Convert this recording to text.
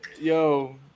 yo